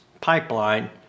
pipeline